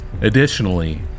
Additionally